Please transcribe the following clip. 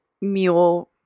Mule